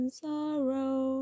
sorrow